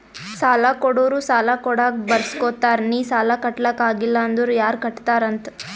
ಸಾಲಾ ಕೊಡೋರು ಸಾಲಾ ಕೊಡಾಗ್ ಬರ್ಸ್ಗೊತ್ತಾರ್ ನಿ ಸಾಲಾ ಕಟ್ಲಾಕ್ ಆಗಿಲ್ಲ ಅಂದುರ್ ಯಾರ್ ಕಟ್ಟತ್ತಾರ್ ಅಂತ್